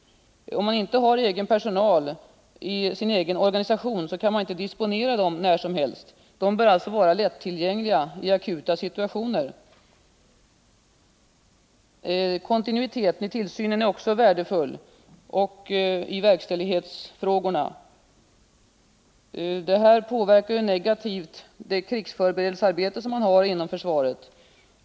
Om man inte har egen personal i sin organisation kan man inte heller disponera personalen när som helst. De personer det gäller bör vara lätt tillgängliga i akuta situationer. Kontinuitet i tillsynen och i verkställighetsfrågor är också värdefull. Brister i det avseendet påverkar negativt det krigsförberedande arbetet inum försvaret.